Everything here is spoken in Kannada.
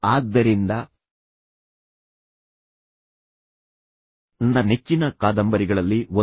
ಆದ್ದರಿಂದ ನನ್ನ ನೆಚ್ಚಿನ ಕಾದಂಬರಿಗಳಲ್ಲಿ ಒಂದು